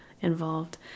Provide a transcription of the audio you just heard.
involved